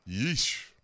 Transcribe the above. Yeesh